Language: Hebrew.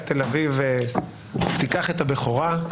אז תל אביב תיקח את הבכורה.